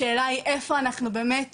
השאלה היא איפה אנחנו באמת